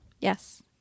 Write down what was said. Yes